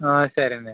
సరేనండి